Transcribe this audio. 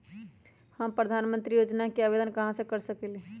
हम प्रधानमंत्री योजना के आवेदन कहा से कर सकेली?